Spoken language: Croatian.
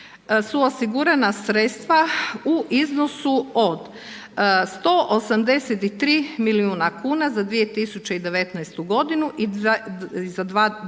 su osigurana sredstva u iznosu od 183 milijuna kn za 2019. g. i za 2020.